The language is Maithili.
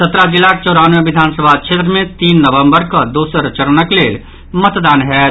सत्रह जिलाक चौरानवे विधानसभा क्षेत्र मे तीन नवंबर कऽ दोसर चरणक लेल मतदान होयत